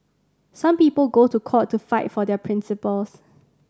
some people go to court to fight for their principles